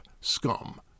Scum